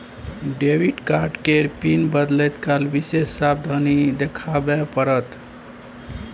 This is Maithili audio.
डेबिट कार्ड केर पिन बदलैत काल विशेष सावाधनी देखाबे पड़त